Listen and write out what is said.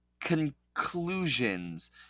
conclusions